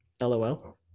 LOL